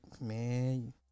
man